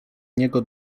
niego